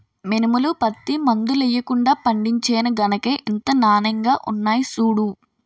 మినుములు, పత్తి మందులెయ్యకుండా పండించేను గనకే ఇంత నానెంగా ఉన్నాయ్ సూడూ